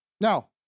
Now